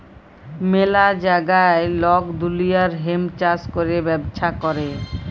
ম্যালা জাগায় লক দুলিয়ার হেম্প চাষ ক্যরে ব্যবচ্ছা ক্যরে